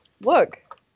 look